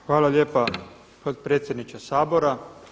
Hvala lijepa potpredsjedniče Sabora.